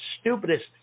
stupidest